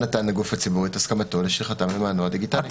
נתן לגוף הציבורי את שליחתם למענו הדיגיטלי.